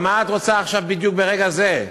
מה את רוצה עכשיו בדיוק ברגע זה?